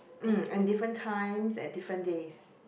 mm in different times at different days